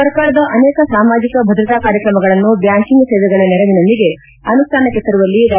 ಸರ್ಕಾರದ ಅನೇಕ ಸಾಮಾಜಿಕ ಭದ್ರತಾ ಕಾರ್ಯಕ್ರಮಗಳನ್ನು ಬ್ಯಾಂಕಿಂಗ್ ಸೇವೆಗಳ ನೆರವಿನೊಂದಿಗೆ ಅನುಷ್ಠಾನಕ್ಕೆ ತರುವಲ್ಲಿ ಡಾ